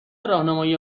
راهنمایی